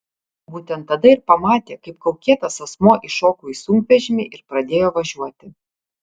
būtent tada ir pamatė kaip kaukėtas asmuo įšoko į sunkvežimį ir pradėjo važiuoti